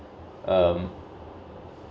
um